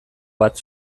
bat